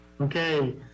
Okay